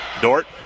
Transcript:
Dort